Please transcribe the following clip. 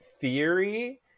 theory